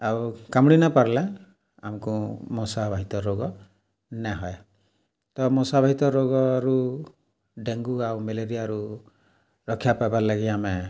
ଆଉ କାମୁଡ଼ି ନାପାର୍ଲେ ଆମ୍କୁ ମଶାବାହିତ ରୋଗ ନେ ହୁଏ ମଶାବାହିତ ରୋଗରୁ ଡେଙ୍ଗୁ ଆଉ ମେଲେରିଆରୁ ରକ୍ଷା ପାଏବାର୍ ଲାଗି ଆମେ